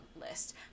list